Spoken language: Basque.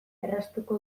erraztuko